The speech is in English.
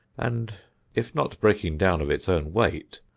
and if not breaking down of its own weight,